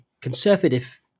conservative